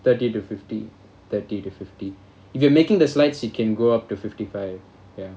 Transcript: thirty to fifty thirty to fifty if you making the slides you can go up to fifty five ya